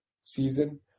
season